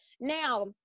Now